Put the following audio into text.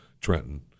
Trenton